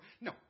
No